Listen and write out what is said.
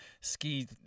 ski